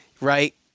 right